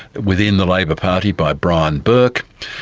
within the labor party by brian burke,